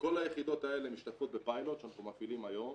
כל היחידות האלה משתתפות בפיילוט שאנחנו מפעילים היום,